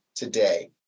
Today